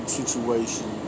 situation